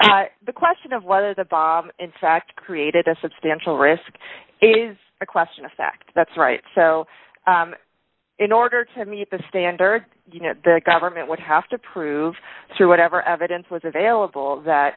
t the question of whether the bomb in fact created a substantial risk is a question of fact that's right so in order to meet the standard you know the government would have to prove through whatever evidence was available that